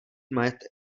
majetek